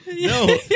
No